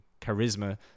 charisma